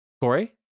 Corey